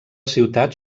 ciutat